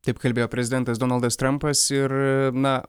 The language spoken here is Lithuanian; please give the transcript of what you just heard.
taip kalbėjo prezidentas donaldas trampas ir na